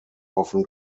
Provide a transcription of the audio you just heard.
often